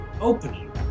opening